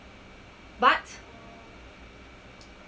but